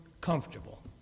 comfortable